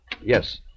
Yes